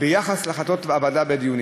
החלטה חריגה לכל הדעות.